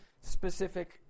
specific